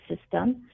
system